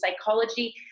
psychology